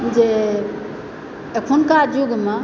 जे अखुनका युगमे